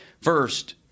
First